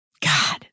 God